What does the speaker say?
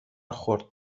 خورد